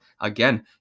Again